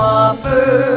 offer